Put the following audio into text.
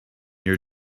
your